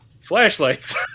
flashlights